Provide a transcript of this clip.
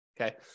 Okay